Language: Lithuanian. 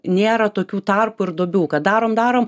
nėra tokių tarpų ir duobių kad darom darom